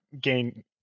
gain